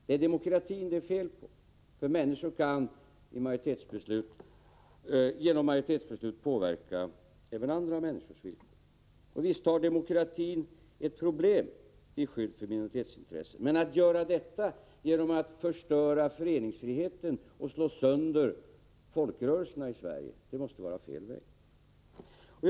Det är demokratin det är fel på, menar Sonja Rembo, för människor kan genom majoritetsbeslut påverka även andra människors villkor. Visst har demokratin ett problem när det gäller skydd för minoritetsintressen, men att lösa detta genom att förstöra föreningsfriheten och slå sönder folkrörelserna i Sverige måste vara fel väg.